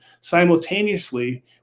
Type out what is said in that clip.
simultaneously